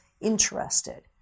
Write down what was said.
interested